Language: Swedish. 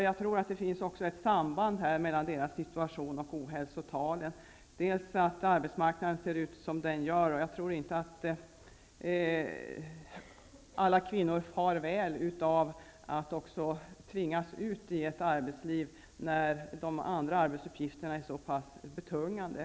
Jag tror att det finns ett samband mellan kvinnornas situation och ohälsotalen, t.ex. att arbetsmarknaden ser ut som den gör. Jag tror inte att alla kvinnor far väl av att tvingas ut i arbetslivet när deras andra arbetsuppgifter är så betungande.